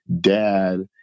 dad